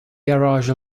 garage